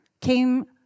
came